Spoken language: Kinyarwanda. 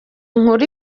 nkuru